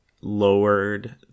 lowered